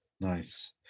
Nice